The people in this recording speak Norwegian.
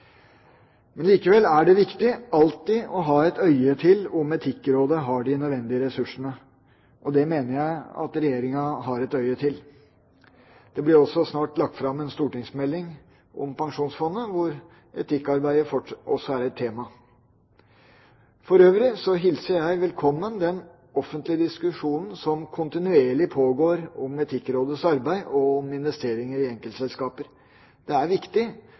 Men likevel er det viktig alltid å ha et øye til om Etikkrådet har de nødvendige ressursene, og det mener jeg at Regjeringa har. Det blir også snart lagt fram en stortingsmelding om Pensjonsfondet, hvor etikkarbeidet også er et tema. For øvrig hilser jeg velkommen den offentlige diskusjonen som kontinuerlig pågår om Etikkrådets arbeid, og om investeringer i enkeltselskaper. Det er viktig